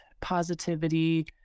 positivity